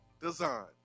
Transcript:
design